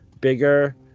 bigger